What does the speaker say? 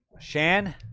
Shan